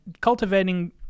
cultivating